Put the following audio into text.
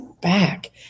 back